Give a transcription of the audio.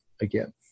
again